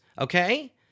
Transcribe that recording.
okay